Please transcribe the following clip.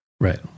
Right